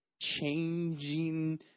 changing